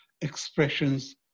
expressions